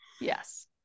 yes